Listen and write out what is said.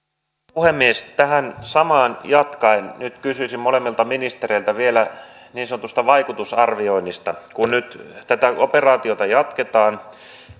puhemies tähän samaan jatkaen nyt kysyisin molemmilta ministereiltä vielä niin sanotusta vaikutusarvioinnista kun nyt tätä operaatiota jatketaan